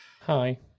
Hi